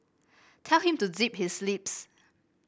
tell him to zip his lips